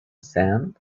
sand